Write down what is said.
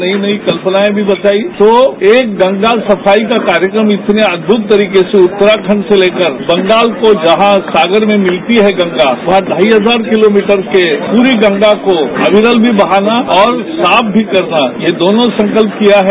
नई नई कल्पनायें भी बतायीं तो एक गंगा सफाई का कार्यक्रम इतने अद्भुत तरीके से उत्तराखण्ड से लेकर बंगाल को जहां सागर में मिलती हैं गंगा वहां ढाई हजार किलोमीटर के पूरी गंगा को अविरल भी बहाना और साफ भी करना ये दोनों संकल्प किया है